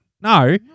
No